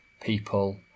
people